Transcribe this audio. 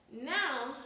Now